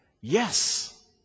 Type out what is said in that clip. yes